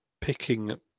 picking